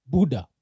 Buddha